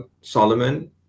Solomon